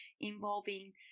involving